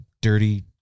dirty